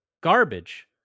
Garbage